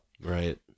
Right